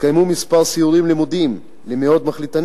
קיום כמה סיורים לימודיים למאות מחליטנים